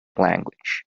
language